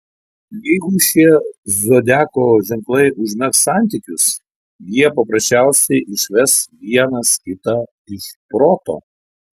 jeigu šie zodiako ženklai užmegs santykius jie paprasčiausiai išves vienas kitą iš proto